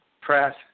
Press